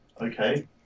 Okay